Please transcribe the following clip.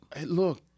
Look